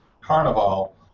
Carnival